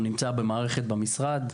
הוא נמצא במערכת במשרד.